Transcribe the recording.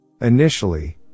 Initially